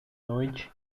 noite